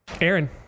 Aaron